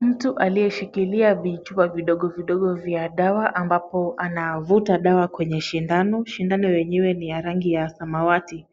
Mtu aliyeshikilia vichupa vidogo vidogo vya dawa ambapo anavuta dawa kwenye sindano, sindano yenyewe ni ya rangi ya samawati.